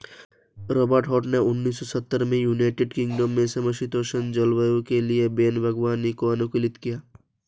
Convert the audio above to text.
Robert Hart ने उन्नीस सौ सत्तर में यूनाइटेड किंगडम के समषीतोष्ण जलवायु के लिए वैन बागवानी को अनुकूलित किया